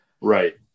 Right